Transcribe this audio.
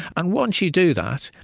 and once you do that,